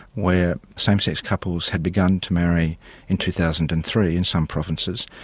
where same-sex couples had begun to marry in two thousand and three in some provinces,